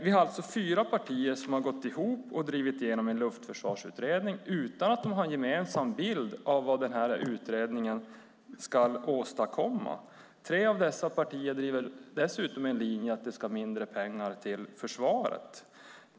Vi har alltså fyra partier som har gått ihop och drivit igenom en luftförsvarsutredning utan att ha en gemensam bild av vad utredningen ska åstadkomma. Tre av dessa partier driver dessutom en linje att det ska vara mindre pengar till försvaret.